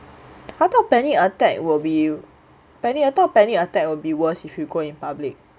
I thought panic attack will be thought panic attack would be worse if you go in public